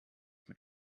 mit